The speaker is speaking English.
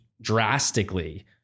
drastically